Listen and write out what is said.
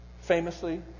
famously